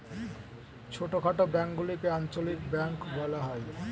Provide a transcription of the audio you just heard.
ছোটখাটো ব্যাঙ্কগুলিকে আঞ্চলিক ব্যাঙ্ক বলা হয়